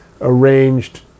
arranged